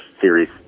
series